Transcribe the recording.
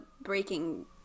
breaking